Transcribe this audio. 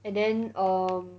and then um